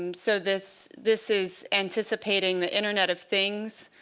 um so this this is anticipating the internet of things,